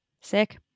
Sick